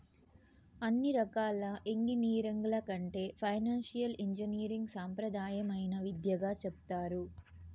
అన్ని రకాల ఎంగినీరింగ్ల కంటే ఫైనాన్సియల్ ఇంజనీరింగ్ సాంప్రదాయమైన విద్యగా సెప్తారు